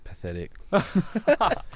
Pathetic